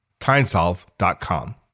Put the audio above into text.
TimeSolve.com